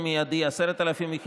נגד מירי מרים רגב,